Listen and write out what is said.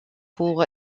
pour